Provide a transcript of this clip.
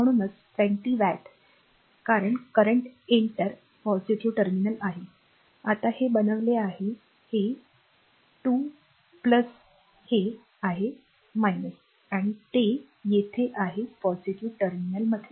म्हणूनच 20 वॅट्स कारण current enter positive terminal आता हे बनवले आहे हे 2 हे आहे आणि ते येथे आहे पॉझिटिव्ह टर्मिनल मध्ये